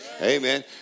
Amen